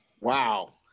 Wow